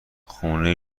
خونه